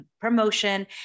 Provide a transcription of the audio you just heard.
promotion